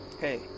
Hey